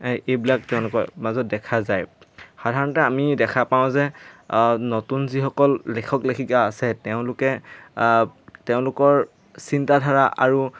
এইবিলাক তেওঁলোকৰ মাজত দেখা যায় সাধাৰণতে আমি দেখা পাওঁ যে নতুন যিসকল লেখক লেখিকা আছে তেওঁলোকে তেওঁলোকৰ চিন্তাধাৰা আৰু